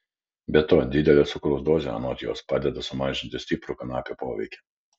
be to didelė dozė cukraus anot jos padeda sumažinti stiprų kanapių poveikį